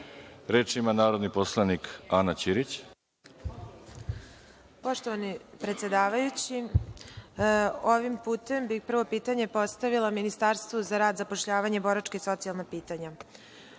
ima narodni poslanik Ana Ćirić. **Ana Karadžić** Poštovani predsedavajući, ovim putem bih prvo pitanje postavila Ministarstvu za rad, zapošljavanje, boračka i socijalna pitanja. Molim